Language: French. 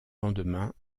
lendemain